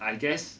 I guess